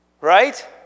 right